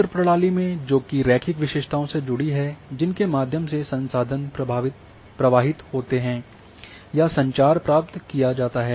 तंत्र प्रणाली में जो कि रैखिक विशेषताएँ से जुड़ी होती हैं जिनके माध्यम से संसाधन प्रवाहित होते हैं या संचार प्राप्त किया जाता है